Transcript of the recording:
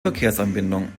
verkehrsanbindung